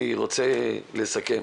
אני רוצה לסכם